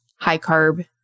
high-carb